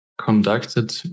conducted